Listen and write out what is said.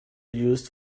used